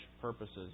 purposes